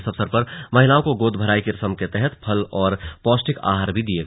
इस अवसर पर लगभग महिलाओं को गोद भराई की रस्म के तहत फल और पौष्टिक आहार भी दिया गया